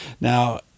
Now